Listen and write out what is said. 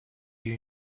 you